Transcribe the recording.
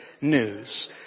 news